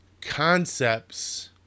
concepts